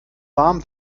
warm